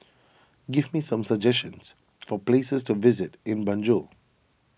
give me some suggestions for places to visit in Banjul